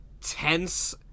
tense